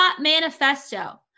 manifesto